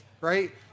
right